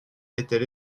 était